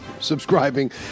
subscribing